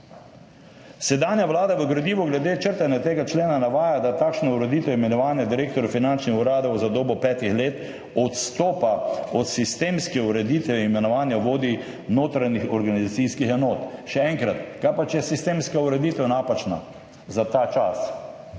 Sedanja vlada v gradivu glede črtanja tega člena navaja, da takšna ureditev imenovanja direktorjev finančnih uradov za dobo petih let odstopa od sistemske ureditve imenovanja vodij notranjih organizacijskih enot. Še enkrat, kaj pa, če je sistemska ureditev napačna za ta čas?